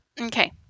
Okay